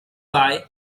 bye